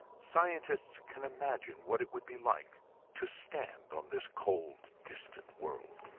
scientists can imagine what it would be like to stand on this cold, distant world.